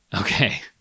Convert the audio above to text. Okay